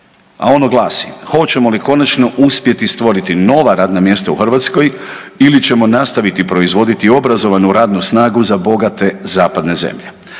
a ono glasi, hoćemo li konačno uspjeti stvoriti nova radna mjesta u Hrvatskoj ili ćemo nastaviti proizvoditi obrazovanu radnu snagu za bogate zapadne zemlje,